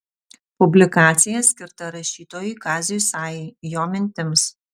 publikacija skirta rašytojui kaziui sajai jo mintims